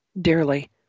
dearly